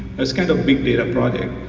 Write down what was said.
it's kind of a big data project.